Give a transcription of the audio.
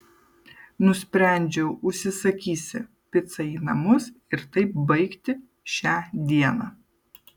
nusprendžiau užsisakysi picą į namus ir taip baigti šią dieną